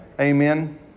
Amen